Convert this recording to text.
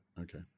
Okay